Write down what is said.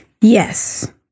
Yes